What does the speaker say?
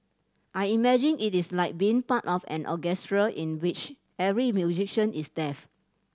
I imagine it is like being part of an orchestra in which every musician is deaf